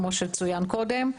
כמו שצוין קודם.